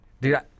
dude